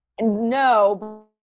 no